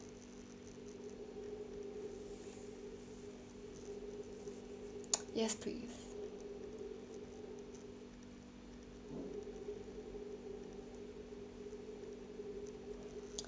yes please